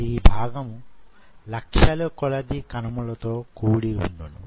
ఈ భాగము లక్షల కొలది కణములు తో కూడి ఉండును